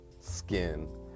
skin